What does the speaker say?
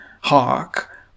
Hawk